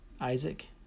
Isaac